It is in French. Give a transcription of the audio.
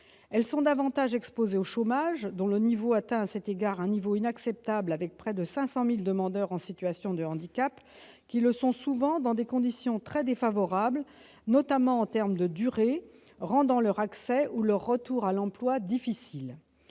Elles sont davantage exposées au chômage, dont le taux atteint un niveau inacceptable avec près de 500 000 demandeurs en situation de handicap, qui le sont souvent dans des conditions très défavorables notamment en termes de durée, ce qui rend leur accès ou leur retour à l'emploi difficile.